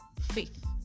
faith